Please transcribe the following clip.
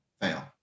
fail